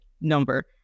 number